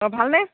ভালনে